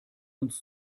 uns